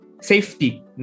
safety